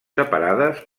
separades